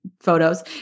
photos